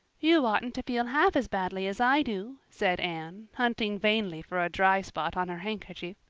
you oughtn't to feel half as badly as i do, said anne, hunting vainly for a dry spot on her handkerchief.